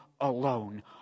alone